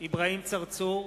אברהים צרצור,